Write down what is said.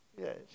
Yes